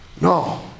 No